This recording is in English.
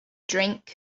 drink